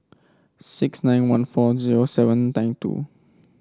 six nine one four zero seven nine two